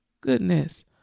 Goodness